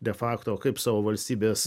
de facto kaip savo valstybės